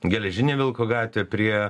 geležinio vilko gatvę prie